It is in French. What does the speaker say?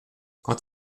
quand